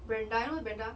brenda you know who's brenda